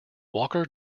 walker